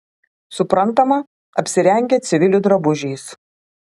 suprantama apsirengę civilių drabužiais